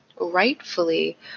rightfully